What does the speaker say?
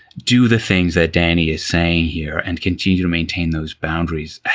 do the things that danny is saying here and continue to maintain those boundaries,